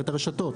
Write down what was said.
את הרשתות,